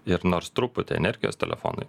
ir nors truputį energijos telefonui